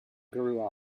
grew